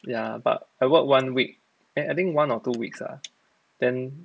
ya but I work one week and I think one or two weeks ah then